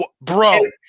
bro